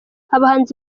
abahanzi